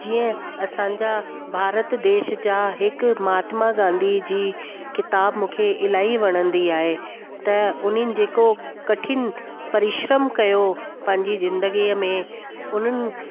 जीअं असांजा भारत देश जा हिकु महात्मा गांधी जी किताब मूंखे इलाही वणंदी आए त उनिन जेको कठिन परिश्रम कयो पंहिंजी ज़िंदगीअ में उन्हनि